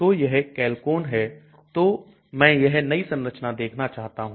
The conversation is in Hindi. तो यह Chalcone है तो मैं यह नई संरचना देखना चाहता हूं